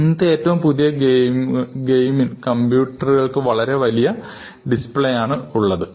ഇന്നത്തെ ഏറ്റവും പുതിയ ഗെയിമിംഗ് കമ്പ്യൂട്ടറുകൾക്ക് വളരെ വലിയ വലിയ ഡിസ്പ്ലേ ആണുള്ളത്